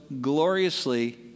gloriously